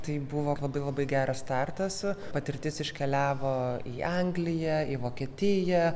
tai buvo labai labai geras startas patirtis iškeliavo į angliją į vokietiją